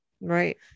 right